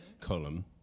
column